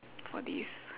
for this